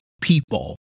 people